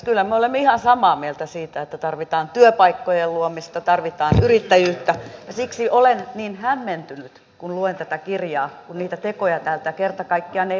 kyllä me olemme ihan samaa mieltä siitä että tarvitaan työpaikkojen luomista tarvitaan yrittäjyyttä ja siksi olen niin hämmentynyt kun luen tätä kirjaa sillä niitä tekoja täältä kerta kaikkiaan ei vaan löydy